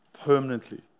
permanently